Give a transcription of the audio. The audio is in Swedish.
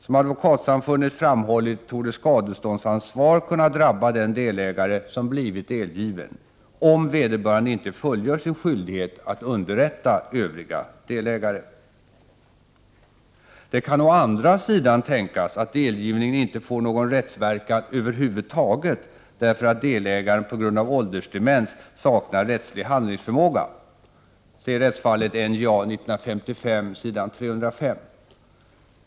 Som Advokatsamfundet framhållit torde skadeståndsansvar kunna drabba den delägare som blivit delgiven, om vederbörande inte fullgör sin skyldighet att underrätta övriga delägare. Det kan å andra sidan tänkas att delgivning inte får någon rättsverkan över huvud taget, därför att delägaren på grund av åldersdemens saknar rättslig handlingsförmåga. Se rättsfallet NJA 1955 s. 305.